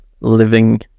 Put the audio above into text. living